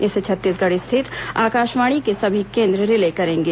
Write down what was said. इसे छत्तीसगढ स्थित आकाशवाणी के सभी केंद्र रिले करेंगे